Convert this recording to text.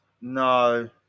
No